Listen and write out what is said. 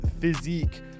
physique